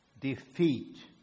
defeat